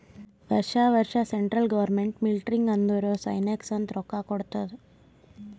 ವರ್ಷಾ ವರ್ಷಾ central government ಮಿಲ್ಟ್ರಿಗ್ ಅಂದುರ್ ಸೈನ್ಯಾಕ್ ಅಂತ್ ರೊಕ್ಕಾ ಕೊಡ್ತಾದ್